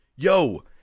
Yo